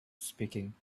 speaking